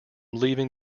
leaving